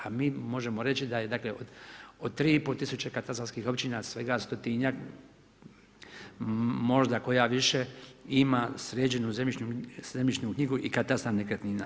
A mi možemo reći, da je dakle, od 3500 katastarskih općina svega 100 možda koja više ima sređenu zemljišnu knjigu i katastar nekretnina.